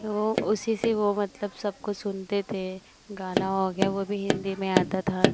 कि वह उसी से वह मतलब सबकुछ सुनते थे गाना हो गया वह भी हिन्दी में आता था